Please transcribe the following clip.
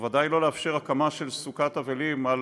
ובוודאי לא לאפשר הקמה של סוכת אבלים על